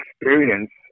experience